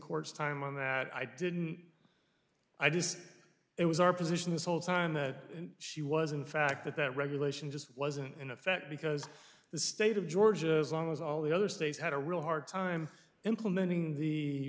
court's time on that i didn't i just it was our position this whole time that she was in fact that that regulation just wasn't in effect because the state of georgia as long as all the other states had a real hard time implementing the